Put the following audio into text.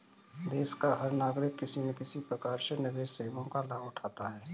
देश का हर नागरिक किसी न किसी प्रकार से निवेश सेवाओं का लाभ उठाता है